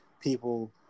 people